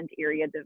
area